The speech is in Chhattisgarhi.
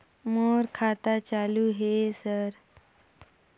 मोर खाता चालु हे सर?